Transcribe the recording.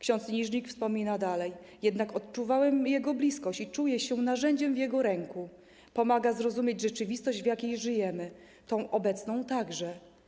Ks. Niżnik wspomina dalej: jednak odczuwałem jego bliskość i czuję się narzędziem w jego ręku, pomaga zrozumieć rzeczywistość, w jakiej żyjemy, tą obecną także.